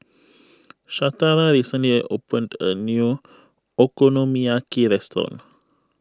Shatara recently opened a new Okonomiyaki restaurant